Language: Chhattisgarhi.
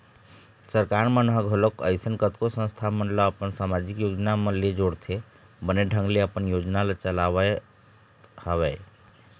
सरकार मन ह घलोक अइसन कतको संस्था मन ल अपन समाजिक योजना मन ले जोड़के बने ढंग ले अपन योजना ल चलावत हवय